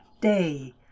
day